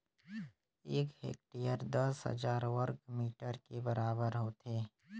एक हेक्टेयर दस हजार वर्ग मीटर के बराबर होथे